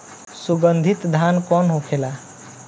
सुगन्धित धान कौन होखेला?